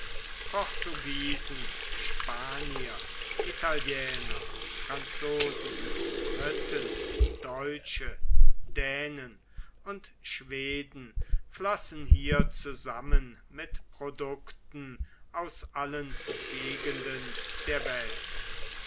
portugiesen spanier italiener franzosen britten deutsche dänen und schweden floßen hier zusammen mit produkten aus allen gegenden der welt